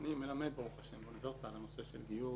אני מלמד ברוך השם באוניברסיטה על הנושא של גיור.